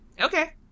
Okay